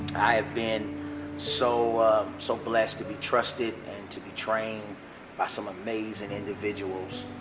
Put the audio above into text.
been so so blessed to be trusted and to be trained by some amazing individuals